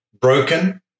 broken